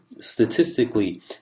statistically